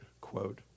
quote